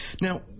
Now